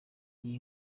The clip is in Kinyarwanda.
iyi